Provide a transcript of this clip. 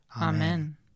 Amen